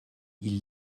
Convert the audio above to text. ils